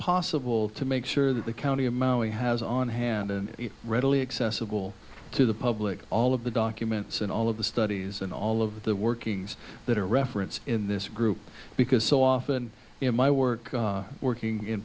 possible to make sure that the county of maui has on hand and readily accessible to the public all of the documents and all of the studies and all of the workings that are reference in this group because so often in my work working in